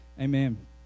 Amen